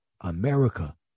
America